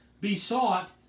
besought